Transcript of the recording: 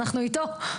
אנחנו איתו.